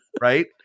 Right